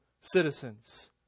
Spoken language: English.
citizens